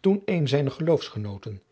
toen een zijner geloofsgenooten